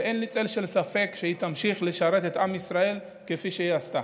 ואין לי צל של ספק שהיא תמשיך לשרת את עם ישראל כפי שהיא עשתה.